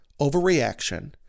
overreaction